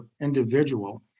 individual